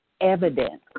evidence